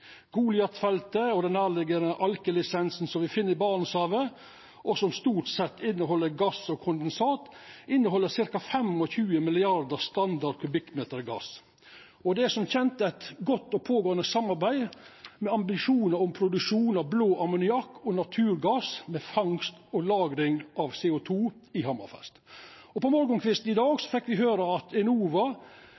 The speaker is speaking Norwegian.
og det nærliggjande Alke-lisensen, som me finn i Barentshavet, og som stort sett inneheld gass og kondensat, inneheld ca. 25 milliardar standard kubikkmeter gass. Det er som kjend eit godt og pågåande samarbeid med ambisjonar om produksjon av blå ammoniakk og naturgass med fangst og lagring av CO 2 i Hammerfest. På morgonkvisten i dag